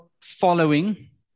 following